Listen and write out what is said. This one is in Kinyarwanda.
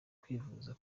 kwivuza